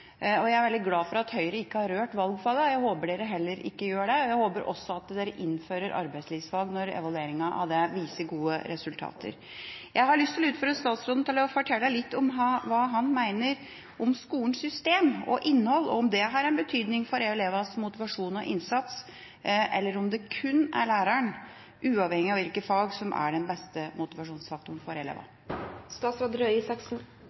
motivasjon. Jeg er veldig glad for at Høyre ikke har rørt valgfagene, og jeg håper de heller ikke gjør det. Jeg håper også at de innfører arbeidslivsfag, når evalueringen av det viser gode resultater. Jeg har lyst til å utfordre statsråden til å fortelle litt om hva han mener om skolens system og innhold, og om det har betydning for elevenes motivasjon og innsats, eller om det kun er læreren, uavhengig av fag, som er den beste motivasjonsfaktoren for